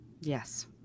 Yes